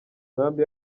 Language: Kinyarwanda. nkambi